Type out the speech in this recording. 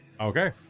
okay